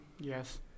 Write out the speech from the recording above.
Yes